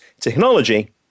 technology